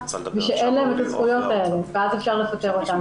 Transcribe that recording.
ושאין להן את הזכויות האלה ואז אפשר לפטר אותן.